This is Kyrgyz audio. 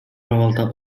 абалда